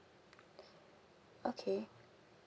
okay